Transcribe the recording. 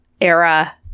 era